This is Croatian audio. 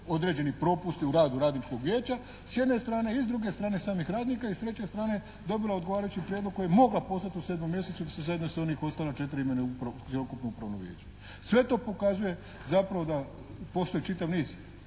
određeni propusti u radu radničkog vijeća s jedne strane i s druge strane samih radnika i s treće strane dobilo odgovarajući prijedlog koji je mogla poslati u 7. mjesecu zajedno sa onih ostala 4 imena … /Ne razumije se./ … upravnog vijeća. Sve to pokazuje, zapravo postoji čitav niz